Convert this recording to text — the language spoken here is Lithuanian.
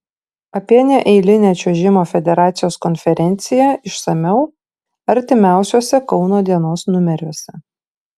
apie neeilinę čiuožimo federacijos konferenciją išsamiau artimiausiuose kauno dienos numeriuose